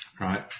right